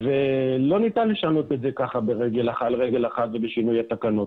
ולא ניתן לשנות את זה ככה על רגל אחת ובשינוי התקנות.